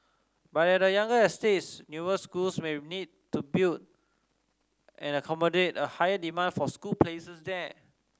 but at younger estates newer schools may need to built and accommodate a higher demand for school places there